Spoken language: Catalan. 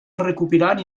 recopilant